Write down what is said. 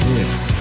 Hits